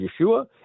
Yeshua